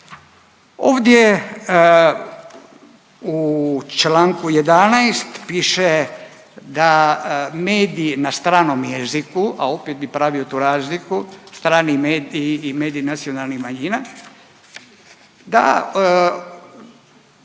ovdje u Članku 11. piše da mediji na stranom jeziku, a opet bi pravio tu razliku strani mediji i mediji nacionalnih manjina da